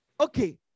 okay